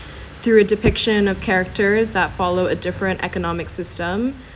through a depiction of characters that follow a different economic system